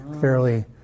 fairly